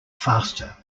faster